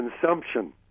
Consumption